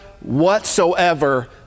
whatsoever